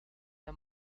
the